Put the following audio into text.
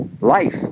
life